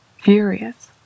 furious